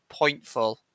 pointful